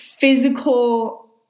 physical